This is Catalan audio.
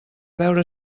veure